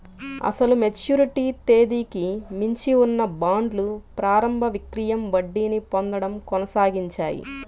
అసలు మెచ్యూరిటీ తేదీకి మించి ఉన్న బాండ్లు ప్రారంభ విక్రయం వడ్డీని పొందడం కొనసాగించాయి